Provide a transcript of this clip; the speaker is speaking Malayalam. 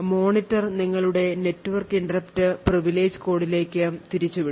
മോണിറ്റർ നിങ്ങളുടെ നെറ്റ്വർക്ക് ഇന്ററപ്റ്റ് പ്രിവിലേജ്ഡ് കോഡിലേക്ക് തിരിച്ചു വിടും